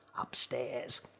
upstairs